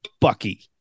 Bucky